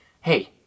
hey